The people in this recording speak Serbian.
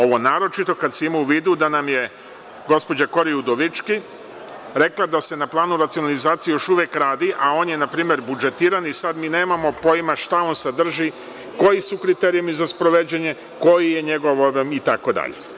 Ovo naročito kada se ima u vidu da nam je gospođa Kori Udovički rekla da se na planu racionalizacije još uvek radi, a on je na primer budžetiran i sada mi nemamo pojma šta on sadrži, koji su kriterijumi za sprovođenje, koji je njegov… itd.